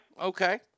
okay